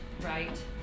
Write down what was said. right